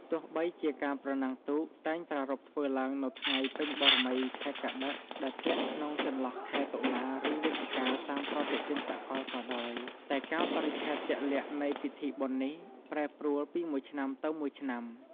ទោះបីជាការប្រណាំងទូកតែងប្រារព្ធធ្វើឡើងនៅថ្ងៃពេញបូណ៌មីខែកត្តិក ដែលធ្លាក់ក្នុងចន្លោះខែតុលា ឬវិច្ឆិកាតាមប្រតិទិនសកលក៏ដោយ តែកាលបរិច្ឆេទជាក់លាក់នៃពិធីបុណ្យនេះប្រែប្រួលពីមួយឆ្នាំទៅមួយឆ្នាំ។